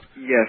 Yes